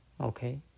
Okay